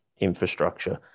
infrastructure